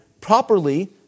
properly